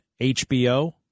HBO